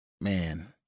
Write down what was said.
man